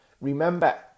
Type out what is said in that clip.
Remember